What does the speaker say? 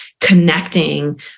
connecting